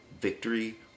victory